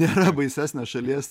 nėra baisesnės šalies